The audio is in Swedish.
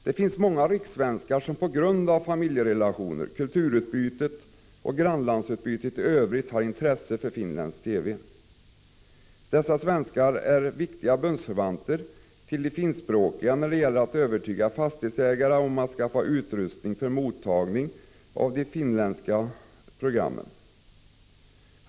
Det finns många rikssvenskar som på grund av familjerelationer, kulturutbytet och grannlandsutbytet i övrigt har intresse för finländsk TV. Dessa svenskar är viktiga bundsförvanter till de finskspråkiga när det gäller att övertyga fastighetsägare om att de skall skaffa utrustning för mottagning av de finländska programmen.